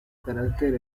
carácter